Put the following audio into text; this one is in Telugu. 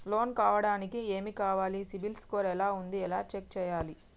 లోన్ కావడానికి ఏమి కావాలి సిబిల్ స్కోర్ ఎలా ఉంది ఎలా చెక్ చేయాలి?